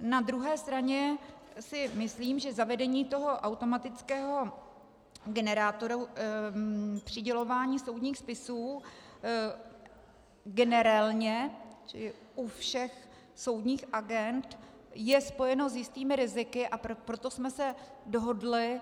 Na druhé straně si myslím, že zavedení toho automatického generátoru přidělování soudních spisů generelně u všech soudních agend je spojeno s jistými riziky, a proto jsme se dohodli